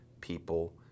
people